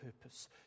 purpose